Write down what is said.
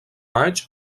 maig